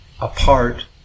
apart